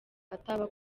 ataba